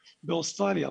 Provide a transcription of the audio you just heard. באוסטרליה,